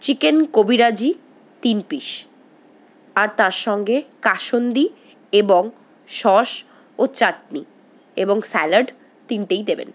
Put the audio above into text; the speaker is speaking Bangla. চিকেন কবিরাজি তিন পিস আর তার সঙ্গে কাসুন্দি এবং সস ও চাটনি এবং স্যালাড তিনটেই দেবেন